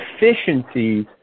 efficiencies